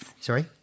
Sorry